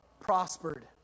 Prospered